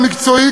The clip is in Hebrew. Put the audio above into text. המקצועי,